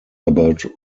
about